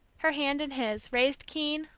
her hand in his, raised keen,